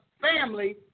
family